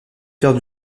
heures